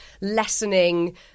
lessening